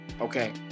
Okay